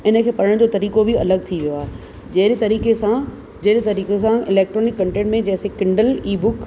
इनखे पढ़ण जो तरीको बि अलॻि थी वियो आहे जहिड़े तरीक़े सां जहिड़े तरीक़े सां इलेक्ट्रोनिक कंटेंट में जैसे कंडिल ई बुक